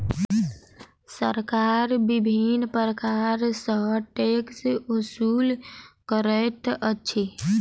सरकार विभिन्न प्रकार सॅ टैक्स ओसूल करैत अछि